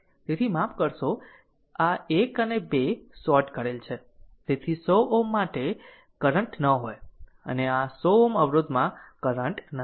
તેથી માફ કરશો આ 1 2 શોર્ટ કરેલ છે તેથી 100 Ω માટે કરંટ ન હોય અને આ 100 Ω અવરોધમાં કરંટ નથી